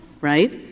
right